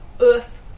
Earth